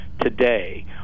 today